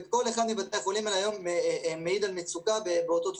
וכל אחד מבתי החולים האלה מעיד על מצוקה היום.